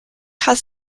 has